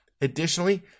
Additionally